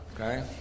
Okay